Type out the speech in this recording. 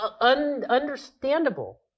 Understandable